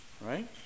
Right